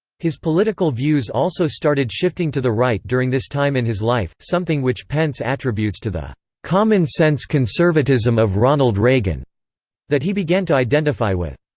his political views also started shifting to the right during this time in his life, something which pence attributes to the common-sense conservatism of ronald reagan that he began to identify with.